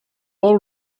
all